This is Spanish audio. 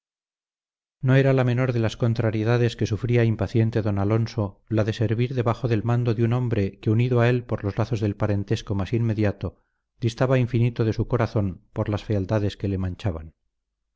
no era la menor de las contrariedades que sufría impaciente don alonso la de servir debajo del mando de un hombre que unido a él por los lazos del parentesco más inmediato distaba infinito de su corazón por las fealdades que le manchaban